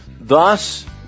Thus